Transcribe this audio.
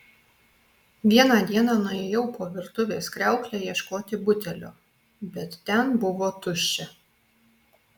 vieną dieną nuėjau po virtuvės kriaukle ieškoti butelio bet ten buvo tuščia